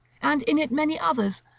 and in it many others,